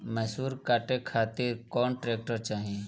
मैसूर काटे खातिर कौन ट्रैक्टर चाहीं?